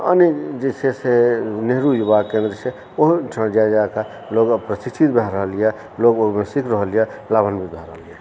अन्य जे छै से नेहरू युवा केन्द्र छै ओहू ठाम जा जाकऽ लोक प्रशिक्षित भए रहल यऽ लोक सीख रहल यऽ लाभान्वित भए रहल यऽ